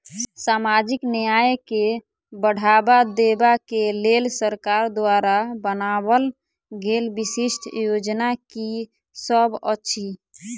सामाजिक न्याय केँ बढ़ाबा देबा केँ लेल सरकार द्वारा बनावल गेल विशिष्ट योजना की सब अछि?